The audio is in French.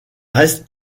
restent